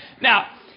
Now